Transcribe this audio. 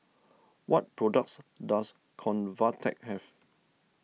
what products does Convatec have